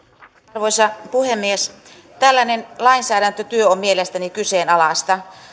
arvoisa puhemies tällainen lainsäädäntötyö on mielestäni kyseenalaista